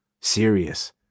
serious